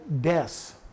deaths